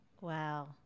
Wow